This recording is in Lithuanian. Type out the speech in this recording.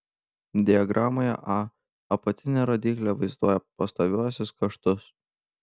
diagramoje a apatinė rodyklė vaizduoja pastoviuosius kaštus